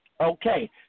Okay